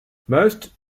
most